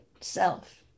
self